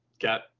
got